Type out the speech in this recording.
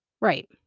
Right